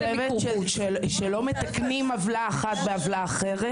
אני חושבת שלא מתקנים עוולה אחת בעוולה אחרת.